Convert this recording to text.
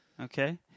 okay